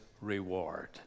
reward